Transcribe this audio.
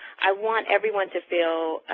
i want everyone to feel